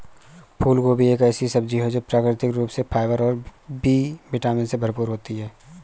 फूलगोभी एक ऐसी सब्जी है जो प्राकृतिक रूप से फाइबर और बी विटामिन से भरपूर होती है